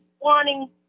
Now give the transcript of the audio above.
wanting